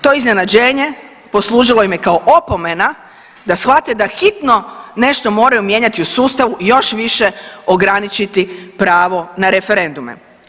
To iznenađenje poslužilo im je kao opomena da shvate da hitno nešto moraju mijenjati u sustavu i još više ograničiti pravo na referendume.